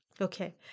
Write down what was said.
Okay